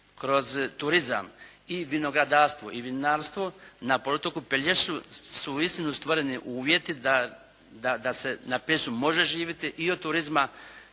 kroz turizam i vinogradarstvo i vinarstvo na poluotoku Pelješcu su uistinu stvoreni uvjeti da se na Pelješcu može živjeti i od turizma